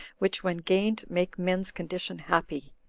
which, when gained, make men's condition happy.